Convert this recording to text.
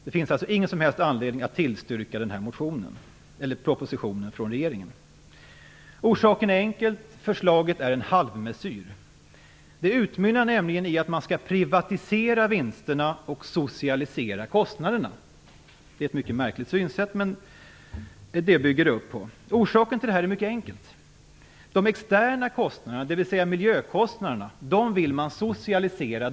Det finns ingen som helst anledning att tillstyrka den här propositionen från regeringen. Orsaken är enkel - förslaget är en halvmessyr. Det utmynnar nämligen i att man skall privatisera vinsterna och socialisera kostnaderna. Det är ett mycket märkligt synsätt, men det är detta det går ut på. Orsaken till detta är mycket enkel. De externa kostnaderna, dvs. miljökostnaderna, vill man socialisera.